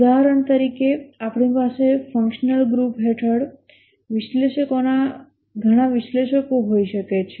ઉદાહરણ તરીકે આપણી પાસે ફંક્શનલ ગ્રુપ હેઠળ વિશ્લેષકોના ઘણા વિશ્લેષકો હોઈ શકે છે